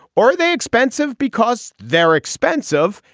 or are they expensive because they're expensive?